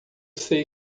sei